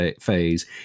phase